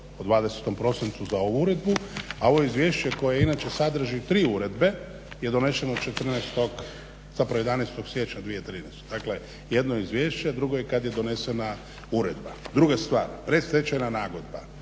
o 20. prosincu za ovu uredbu, a ovo izvješće koje inače sadrži 3 uredbe je doneseno 11. siječnja 2013. Dakle, jedno je izvješće, a drugo je kad je donesena uredba. Druga stvar predstečajna nagodba